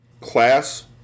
Class